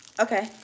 Okay